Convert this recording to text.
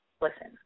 Listen